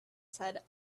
said